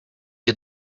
you